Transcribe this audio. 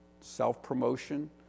Self-promotion